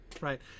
Right